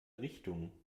richtungen